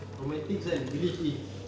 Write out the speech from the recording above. romantics kan believe in